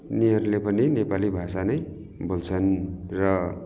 यिनीहरूले पनि नेपाली भाषा नै बोल्छन् र